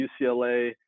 UCLA